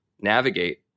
navigate